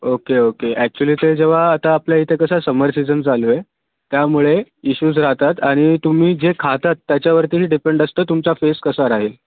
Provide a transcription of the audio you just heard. okay okay actually ते जेव्हा आता आपल्या इथे कसं समर सिजन चालू आहे त्यामुळे इशूज राहतात आणि तुम्ही जे खाता त्याच्यावरती डिपेंड असतं तुमचा फेस कसा राहील